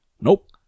Nope